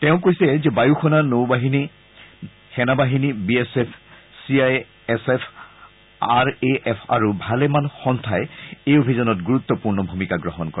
তেওঁ কৈছে বায়ুসেনা নৌবাহিনী সেনাবাহিনী B S F C I S F R A F আৰু ভালেমান সন্থাই এই অভিযানত গুৰুত্বপূৰ্ণ ভূমিকা গ্ৰহণ কৰে